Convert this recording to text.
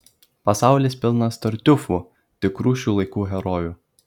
pasaulis pilnas tartiufų tikrų šių laikų herojų